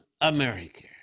America